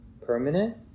permanent